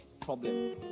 problem